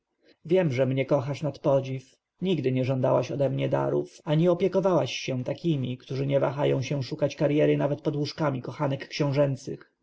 wiem że mnie kochasz na podziw nigdy nie żądałaś ode mnie darów ani opiekowałaś się takimi którzy nie wahają się szukać karjery nawet pod łóżkami kochanek książęcych